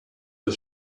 was